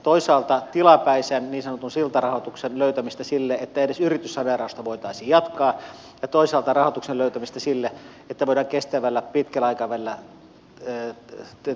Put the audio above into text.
toisaalta tilapäisen niin sanotun siltarahoituksen löytämisestä sille että edes yrityssaneerausta voitaisiin jatkaa ja toisaalta rahoituksen löytämisestä sille että voidaan kestävällä pitkällä aikavälillä toimintaa jatkaa